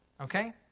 Okay